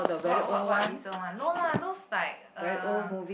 what what what recent one no lah those like uh